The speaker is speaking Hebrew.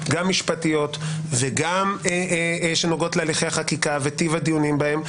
גם משפטיות וגם שנוגעות להליכי החקיקה וטיב הדיונים בהם,